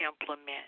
implement